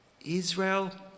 Israel